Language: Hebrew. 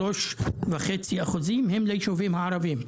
3.5% הם ליישובים הערביים.